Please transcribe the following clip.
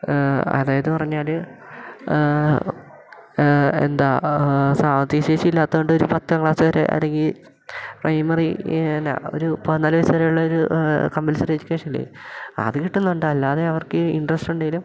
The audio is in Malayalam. അതായത് പറഞ്ഞാൽ എന്താ സാമ്പത്തികശേഷി ഇല്ലാത്തതുകൊണ്ട് ഒരു പത്താം ക്ലാസ്സുവരെ അല്ലെങ്കിൽ പ്രൈമറി പിന്നെ ഒരു പതിനാലു വയസ്സുവരെ ഉള്ളൊരു കംപൽസറി എഡ്യൂക്കേഷനില്ലേ അത് കിട്ടുന്നുണ്ടെന്നല്ലാതെ അവർക്ക് ഇൻ്ററസ്റ്റ് ഉണ്ടെങ്കിലും